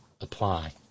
apply